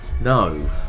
No